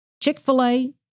Chick-fil-A